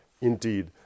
indeed